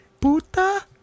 puta